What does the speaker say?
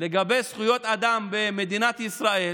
לגבי זכויות אדם במדינת ישראל